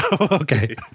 okay